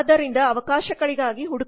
ಆದ್ದರಿಂದ ಅವಕಾಶಗಳಿಗಾಗಿ ಹುಡುಕಾಟ